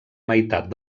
meitat